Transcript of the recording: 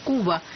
Cuba